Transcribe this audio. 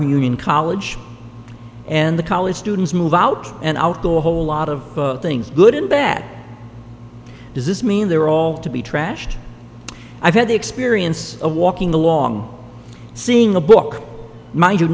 from union college and the college students move out and out go a whole lot of things good and bad does this mean they're all to be trashed i've had the experience of walking along seeing the book m